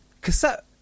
cassette